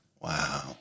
wow